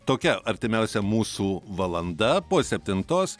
tokia artimiausia mūsų valanda po septintos